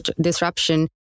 disruption